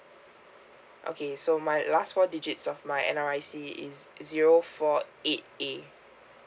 okay so my last four digits of my N_R_I_C is zero four eight A